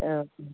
ओह